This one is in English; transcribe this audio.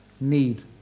need